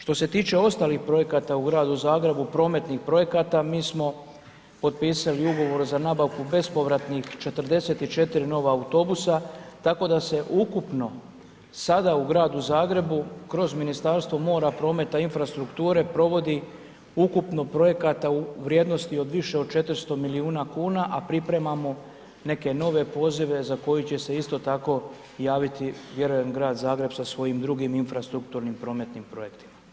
Što se tiče ostalih projekata u Gradu Zagrebu, prometnih projekata mi smo potpisali ugovor za nabavku bespovratnih 44 nova autobusa, tako da se ukupno, sada u Gradu Zagrebu, kroz Ministarstvo mora, prometa infrastrukture, provodi, ukupno projekta u vrijednosti više od 400 milijuna kuna, a pripremamo neke nove pozive, za koje će se isto tako javiti vjerujem Grad Zagreb sa svojim infrastrukturnim prometnim projektima.